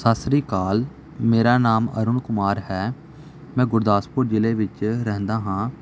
ਸਤਿ ਸ਼੍ਰੀ ਅਕਾਲ ਮੇਰਾ ਨਾਮ ਅਰੁਣ ਕੁਮਾਰ ਹੈ ਮੈਂ ਗੁਰਦਾਸਪੁਰ ਜ਼ਿਲ੍ਹੇ ਵਿੱਚ ਰਹਿੰਦਾ ਹਾਂ